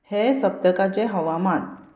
हे सप्तकाचें हवामान